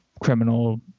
criminal